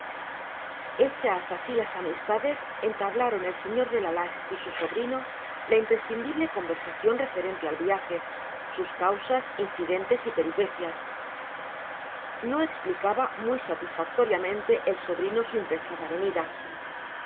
hechas así las amistades entablaron el señor de la lage y su sobrino la imprescindible conversación referente al viaje sus causas incidentes y peripecias no explicaba muy satisfactoriamente el sobrino su impensada venida